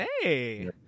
Hey